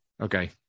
Okay